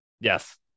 Yes